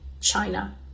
China